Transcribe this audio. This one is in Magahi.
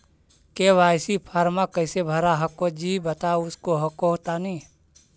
के.वाई.सी फॉर्मा कैसे भरा हको जी बता उसको हको तानी?